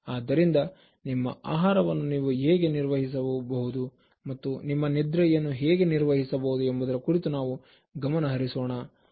ಆದ್ದರಿಂದ ನಿಮ್ಮ ಆಹಾರವನ್ನು ನೀವು ಹೇಗೆ ನಿರ್ವಹಿಸಬಹುದು ಮತ್ತು ನಿಮ್ಮ ನಿದ್ರೆಯನ್ನು ಹೇಗೆ ನಿರ್ವಹಿಸಬಹುದು ಎಂಬುದರ ಕುರಿತು ನಾವು ಗಮನ ಹರಿಸೋಣ